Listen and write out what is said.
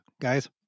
guys